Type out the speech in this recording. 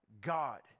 God